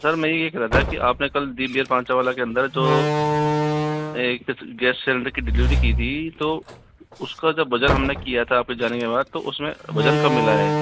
sir मैं यह कह रहा था की आपने कल दिव्य पाचा वाला के अंदर जो एक गैस सिलेंडर की डिलीवरी की थी तो उसका जब वजन हमने किया था आपके जाने के बाद तो उसमें वजन कम मिला है